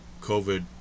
COVID